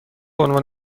عنوان